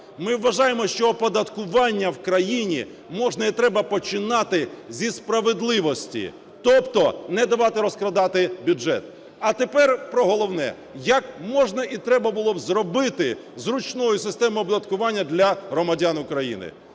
Ми вважаємо, що оподаткування в країні можна і треба починати зі справедливості, тобто не давати розкрадати бюджет. А тепер про головне. Як можна і треба було б зробити зручною систему оподаткування для громадян України.